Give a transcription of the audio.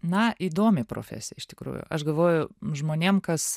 na įdomi profesija iš tikrųjų aš galvoju žmonėm kas